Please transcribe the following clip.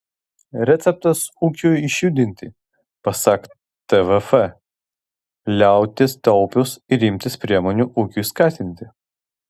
receptas ūkiui išjudinti pasak tvf liautis taupius ir imtis priemonių ūkiui skatinti